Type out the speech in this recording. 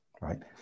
right